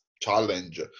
challenge